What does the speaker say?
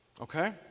okay